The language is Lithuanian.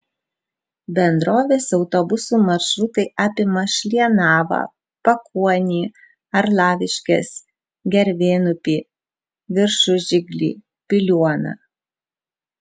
bendrovės autobusų maršrutai apima šlienavą pakuonį arlaviškes gervėnupį viršužiglį piliuoną